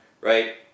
right